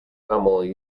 commonly